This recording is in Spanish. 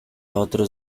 otros